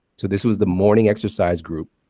so this was the morning exercise group.